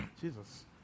Jesus